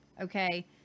Okay